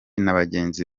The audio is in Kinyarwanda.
n’abagenzi